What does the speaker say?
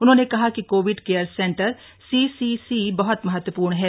उन्होंने कहा कि कोविड केयर सेंटर सीसीसी बहत महत्वपूर्ण हैं